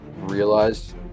realized